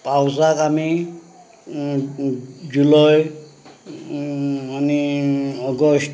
पावसाक आमी जुलय आनी ऑगॉश्ट